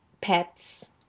pets